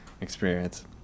experience